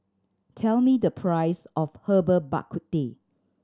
tell me the price of Herbal Bak Ku Teh